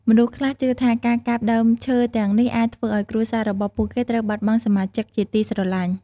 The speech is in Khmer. មនុស្សខ្លះជឿថា ការកាប់ដើមឈើទាំងនេះអាចធ្វើឱ្យគ្រួសាររបស់ពួកគេត្រូវបាត់បង់សមាជិកជាទីស្រឡាញ់។